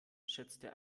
schätzte